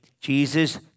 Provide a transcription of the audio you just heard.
Jesus